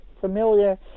familiar